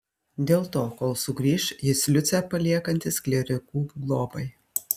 dėl to kol sugrįš jis liucę paliekantis klierikų globai